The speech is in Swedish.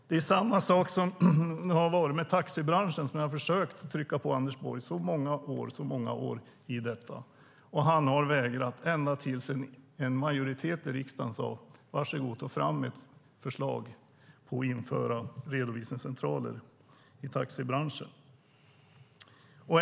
Det är samma sak som har varit med taxibranschen - jag har i så många år försökt att trycka på Anders Borg när det gäller detta, och han har vägrat ända tills en majoritet i riksdagen sade: Var så god, ta fram ett förslag om att införa redovisningscentraler i taxibranschen!